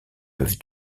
peuvent